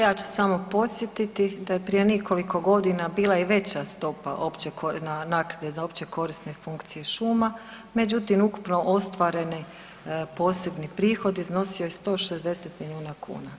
Pa ja ću samo podsjetiti da je prije nekoliko godina bila i veća stopa naknade za općekorisne funkcije šuma, međutim ukupno ostvaren posebni prihod iznosio je 160 milijuna kuna.